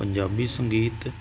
ਪੰਜਾਬੀ ਸੰਗੀਤ